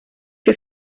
que